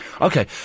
Okay